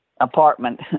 apartment